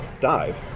dive